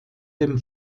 dem